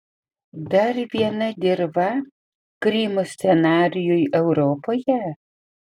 dar viena dirva krymo scenarijui europoje